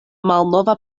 malnova